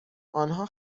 آنها